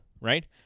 right